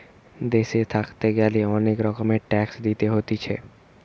দেশে থাকতে গ্যালে অনেক রকমের ট্যাক্স দিতে হতিছে